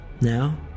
Now